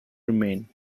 remain